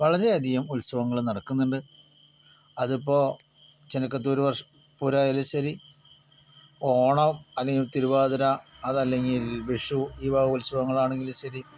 വളരേയധികം ഉത്സവങ്ങള് നടക്കുന്നുണ്ട് അതിപ്പോൾ ചെനക്കത്തൂര് വർഷ പൂരമായാലും ശരി ഓണം അല്ലെങ്കിൽ തിരുവാതിര അതല്ലെങ്കിൽ വിഷു ഈ വക ഉത്സവങ്ങളാണെങ്കിലും ശരി